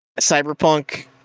cyberpunk